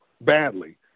badly